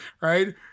right